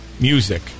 music